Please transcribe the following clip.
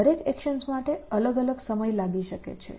આ દરેક એકશન્સ માટે અલગ અલગ સમય લાગી શકે છે